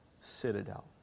citadel